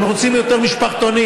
הם רוצים יותר משפחתונים.